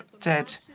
dead